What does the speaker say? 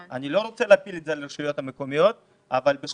אני לא רוצה להפיל את זה על הרשויות המקומיות אבל בסופו